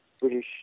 British